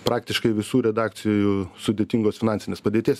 praktiškai visų redakcijų sudėtingos finansinės padėties